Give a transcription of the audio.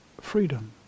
freedom